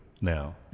now